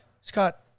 Scott